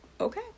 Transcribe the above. Okay